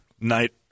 night